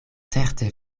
certe